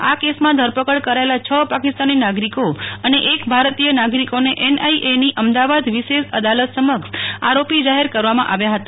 આ કેસમાં ધરપકડ કરાયેલા છ પાકિસ્તાની નાગરિકો અને એક ભારતીય નાગરિકોની એનઆઈએ ની અમદાવાદ વિશેષ અદાલત સમક્ષ આરોપી જાહેર કરવામાં આવ્યા હતા